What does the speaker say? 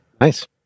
Nice